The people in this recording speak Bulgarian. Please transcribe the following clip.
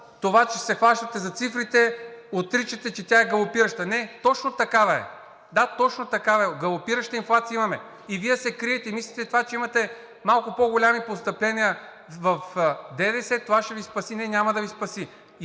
това, че се хващате за цифрите, отричате, че тя е галопираща. Не, точно такава е. Да, точно такава е – галопираща инфлация имаме! Вие се криете и мислите, че имате малко по-големи постъпления в ДДС и това ще Ви спаси. Не, няма да Ви спаси!